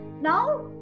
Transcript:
Now